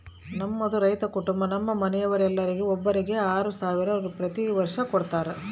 ನಮ್ಮದು ರೈತ ಕುಟುಂಬ ನಮ್ಮ ಮನೆಯವರೆಲ್ಲರಿಗೆ ಒಬ್ಬರಿಗೆ ಆರು ಸಾವಿರ ಪ್ರತಿ ವರ್ಷ ಕೊಡತ್ತಾರೆ